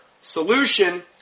solution